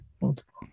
Multiple